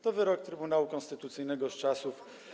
To wyrok Trybunału Konstytucyjnego z czasów.